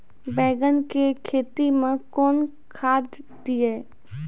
बैंगन की खेती मैं कौन खाद दिए?